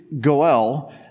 Goel